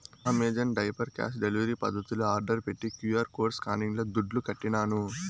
Amazon diaper cash delivery పద్దతిల order పెట్టి QR code స్కానింగ్ల దుడ్లుకట్టినాను